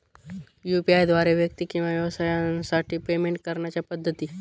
UPI द्वारे व्यक्ती किंवा व्यवसायांसाठी पेमेंट करण्याच्या पद्धती